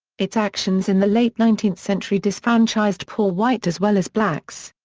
its actions in the late nineteenth century disfranchised poor whites as well as blacks.